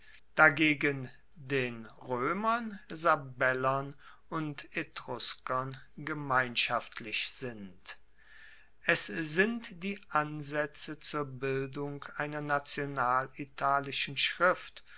dagegen den roemern sabellern und etruskern gemeinschaftlich sind es sind die ansaetze zur bildung einer national italischen schrift